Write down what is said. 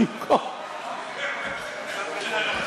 במקום,